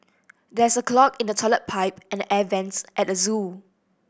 there is a clog in the toilet pipe and the air vents at the zoo